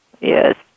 Yes